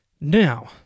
Now